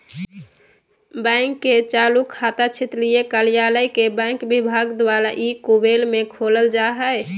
bank के चालू खाता क्षेत्रीय कार्यालय के बैंक विभाग द्वारा ई कुबेर में खोलल जा हइ